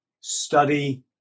study